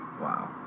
Wow